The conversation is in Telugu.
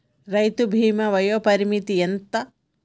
రైతు బీమా వయోపరిమితి ఎంత?